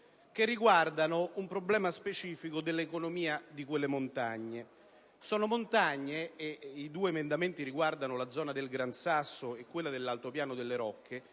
che affrontano un problema specifico dell'economia di quelle montagne. I due emendamenti, infatti, riguardano la zona del Gran Sasso e quella dell'Altopiano delle Rocche,